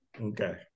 Okay